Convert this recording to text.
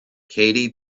katy